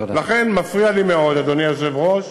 לכן מפריע לי מאוד, אדוני היושב-ראש,